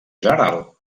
general